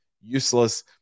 useless